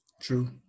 True